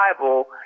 Bible